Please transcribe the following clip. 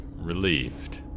relieved